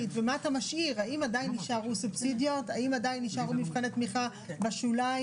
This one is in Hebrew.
אני רק אומר שאני מסכימה עם זה שזה צריך לבוא לוועדה,